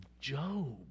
Job